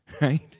right